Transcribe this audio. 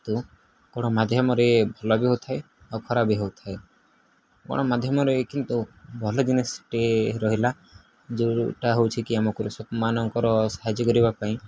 କିନ୍ତୁ ଗଣମାଧ୍ୟମରେ ଭଲ ବି ହେଉଥାଏ ଆଉ ଖରାପ ବି ହେଉଥାଏ ଗଣମାଧ୍ୟମରେ କିନ୍ତୁ ଭଲ ଜିନିଷଟେ ରହିଲା ଯୋଉଟା ହେଉଛି କି ଆମ କୃଷକମାନଙ୍କର ସାହାଯ୍ୟ କରିବା ପାଇଁ